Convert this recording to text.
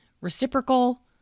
reciprocal